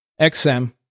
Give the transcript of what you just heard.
XM